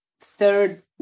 third